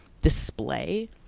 display